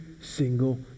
single